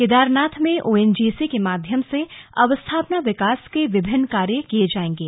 केदारनाथ में ओएनजीसी के माध्यम से अवस्थापना विकास के विभिन्न कार्य किये जायेंगे